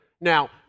Now